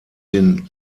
den